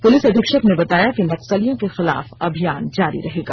police अधीक्षक ने बताया कि नक्सलियों के खिलाफ अभियान जारी रहेगा